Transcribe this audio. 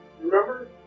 Remember